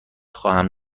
خواهم